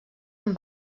amb